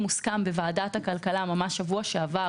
הוסכם בוועדת הכלכלה ממש בשבוע שעבר.